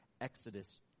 Exodus